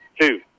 two